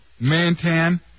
Mantan